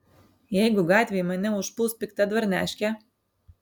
jeigu gatvėj mane užpuls pikta dvarneškė